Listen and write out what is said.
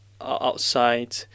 outside